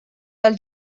del